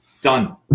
done